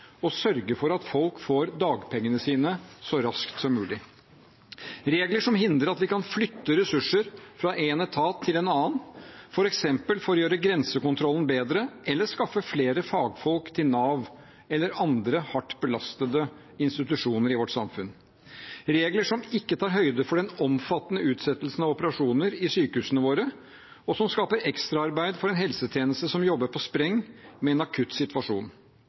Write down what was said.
og sørge for at folk får dagpengene sine så raskt som mulig regler som hindrer at vi kan flytte ressurser fra én etat til en annen, f.eks. for å gjøre grensekontrollen bedre eller skaffe flere fagfolk til Nav eller andre hardt belastede institusjoner i vårt samfunn regler som ikke tar høyde for den omfattende utsettelsen av operasjoner i sykehusene våre, og som skaper ekstraarbeid for en helsetjeneste som jobber på spreng med en akutt situasjon